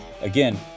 Again